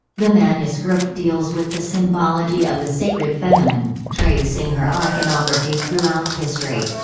the manuscript deals with the symbology of the sacred feminine tracing her iconography throughout history.